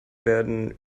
werden